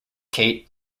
kate